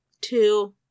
two